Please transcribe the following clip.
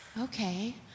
okay